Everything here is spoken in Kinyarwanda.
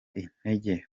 intege